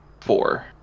Four